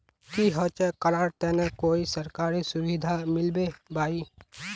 की होचे करार तने कोई सरकारी सुविधा मिलबे बाई?